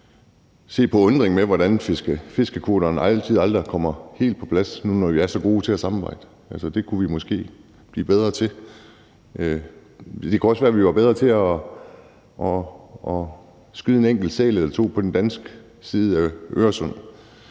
se med undren på, hvordan fiskekvoterne aldrig kommer helt på plads, når nu vi er så gode til at samarbejde. Det kunne vi måske blive bedre til. Det kunne også være, vi var bedre til at skyde en enkelt sæl eller to på den danske side af Øresund.